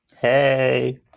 Hey